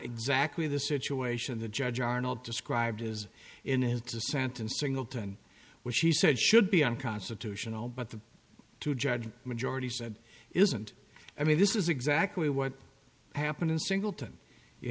exactly the situation the judge arnold described as in his dissent and singleton which he said should be unconstitutional but the two judge majority said it isn't i mean this is exactly what happened in singleton you